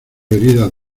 heridas